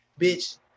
bitch